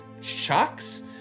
shocks